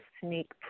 sneak